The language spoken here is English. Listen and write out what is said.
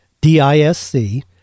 D-I-S-C